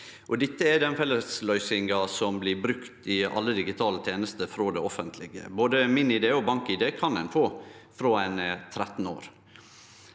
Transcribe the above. Dette er den fellesløysinga som blir brukt i alle digitale tenester frå det offentlege. Både MinID og BankID kan ein få frå ein er 13 år.